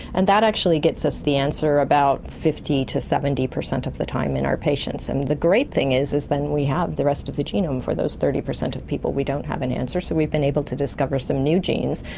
and that actually gets us the answer about fifty percent to seventy percent of the time in our patients. and the great thing is is then we have the rest of the genome for those thirty percent of people we don't have an answer, so we've been able to discover some new genes.